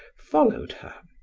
followed her.